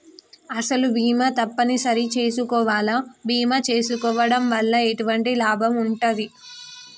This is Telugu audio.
అసలు బీమా తప్పని సరి చేసుకోవాలా? బీమా చేసుకోవడం వల్ల ఎటువంటి లాభం ఉంటది?